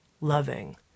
loving